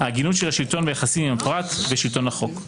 הגינותו של השלטון ביחסיו מול הפרט ושלטון החוק.